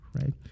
right